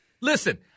Listen